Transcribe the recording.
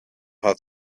had